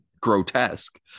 grotesque